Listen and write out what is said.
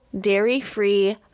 dairy-free